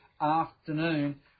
afternoon